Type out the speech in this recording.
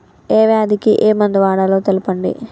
ఏ వ్యాధి కి ఏ మందు వాడాలో తెల్పండి?